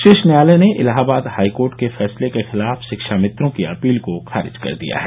शीर्ष न्यायालय ने इलाहाबाद हाई कोर्ट के फैसले के खिलाफ शिक्षामित्रों की अपील को खारिज कर दिया है